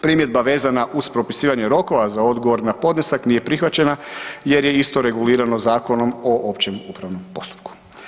Primjedba vezana uz propisivanje rokova za odgovor na podnesak nije prihvaćena jer je isto regulirano Zakon o općem upravom postupku.